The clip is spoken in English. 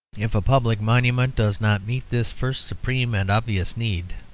if a public monument does not meet this first supreme and obvious need,